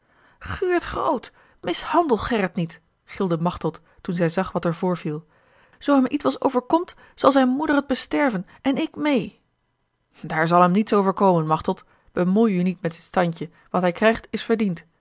guurt groot mishandel gerrit niet gilde machteld toen zij zag wat er voorviel zoo hem ietwes overkomt zal zijne moeder het besterven en ik meê daar zal hem niets overkomen machteld bemoei u niet met dit standje wat hij krijgt is verdiend